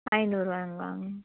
ஐநூறுவாங்களா